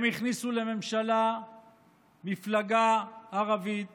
הם הכניסו לממשלה מפלגה ערבית